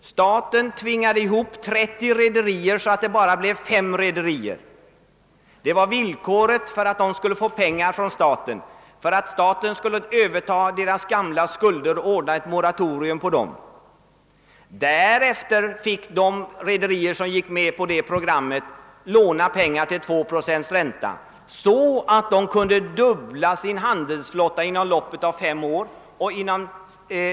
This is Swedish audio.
Staten tvingade 30 rederier att sammansluta sig till 5 stora rederier. Detta utgjorde nämligen villkoret för att de skulle få pengar från staten, som skulle överta deras gamla skulder och bevilja ett moratorium för dessa. De rederier som gick med på detta program fick därefter låna pengar mot 2 procents ränta. På detta sätt kunde man fördubbla sin handelsflotta inom loppet av en femårsperiod.